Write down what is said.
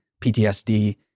PTSD